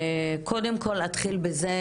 קודם כל אני אתחיל בזה,